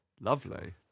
Lovely